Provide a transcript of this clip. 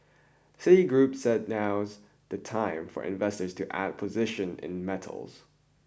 Citigroup said now's the time for investors to add positions in metals